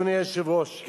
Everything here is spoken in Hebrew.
אדוני היושב-ראש,